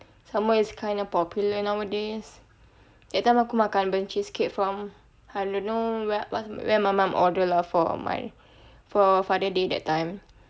some more it's kind of popular nowadays that time aku makan burnt cheesecake from I don't know where what where my mum order lah for my for father day that time